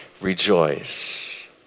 rejoice